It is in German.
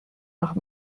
nach